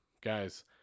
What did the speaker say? guys